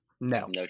No